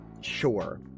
Sure